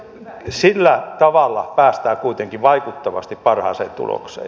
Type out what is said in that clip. sillä tavalla päästään kuitenkin vaikuttavasti parhaaseen tulokseen